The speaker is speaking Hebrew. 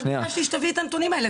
רק ביקשתי שתביא את הנתונים האלה,